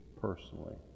personally